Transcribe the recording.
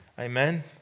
Amen